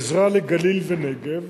עזרה לגליל ולנגב,